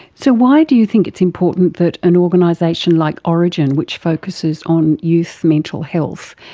so why do you think it's important that an organisation like orygen, which focuses on youth mental health,